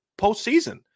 postseason